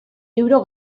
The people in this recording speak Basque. euro